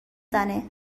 زنه